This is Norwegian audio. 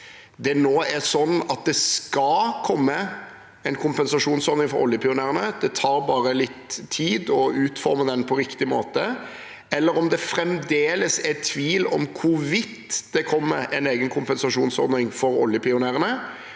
fra pionertiden sjonsordning for oljepionerene – det tar bare litt tid å utforme den på riktig måte – eller om det fremdeles er tvil om hvorvidt det kommer en egen kompensasjonsordning for oljepionerene,